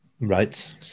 right